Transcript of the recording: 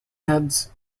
heads